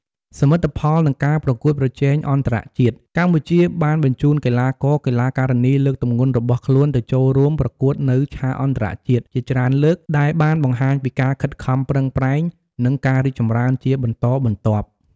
សមិទ្ធផល និងការប្រកួតប្រជែងអន្តរជាតិ កម្ពុជាបានបញ្ជូនកីឡាករ-កីឡាការិនីលើកទម្ងន់របស់ខ្លួនទៅចូលរួមប្រកួតនៅឆាកអន្តរជាតិជាច្រើនលើក ដែលបានបង្ហាញពីការខិតខំប្រឹងប្រែង និងការរីកចម្រើនជាបន្តបន្ទាប់។